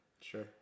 Sure